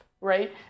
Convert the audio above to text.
right